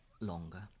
longer